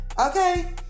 Okay